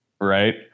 right